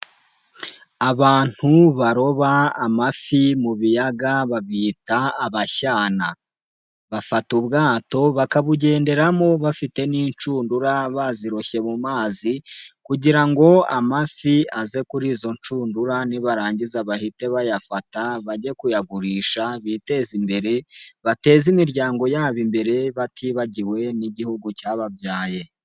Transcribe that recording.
Abantu baroba amafi mu biyaga babita abashyana, bafata ubwato bakabugenderamo bafite n'inshundura baziroroshye mu mazi kugira ngo amafi aze kuri izo nshundura nibarangiza bahite bayafata, bajye kuyagurisha biteze imbere, bateze imiryango yabo imbere, batibagiwe n'igihugu cyababyaye.